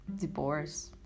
divorce